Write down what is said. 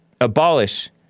abolish